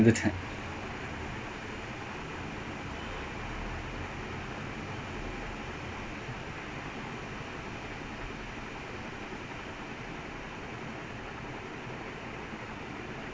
ya then twelve twelve twelve am taxt's another thirty dollars then you paying like sixty dollars for watching the thing together I mean at first still okay but then if paying that much like it's a bit over priced as well